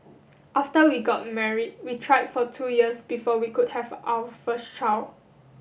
after we got married we tried for two years before we could have our first child